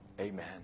Amen